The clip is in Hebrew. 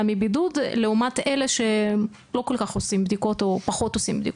מבידוד לעומת אלה שלא כל כך עושים בדיקות או עושים פחות בדיקות.